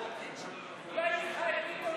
אולי מיכאל ביטון